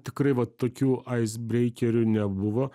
tikrai vat tokių ais breikerių nebuvo